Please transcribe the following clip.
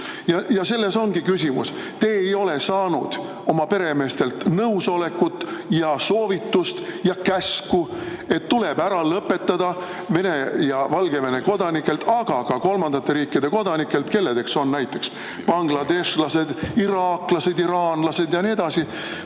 selles ongi küsimus. Te ei ole saanud oma peremeestelt nõusolekut ja soovitust ja käsku, et tuleb ära lõpetada Vene ja Valgevene kodanikelt, aga ka [muudelt] kolmandate riikide kodanikelt, kelleks on näiteks bangladeshlased, iraaklased, iraanlased ja nii edasi,